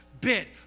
bit